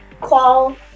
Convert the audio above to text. Qual